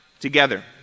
together